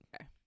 okay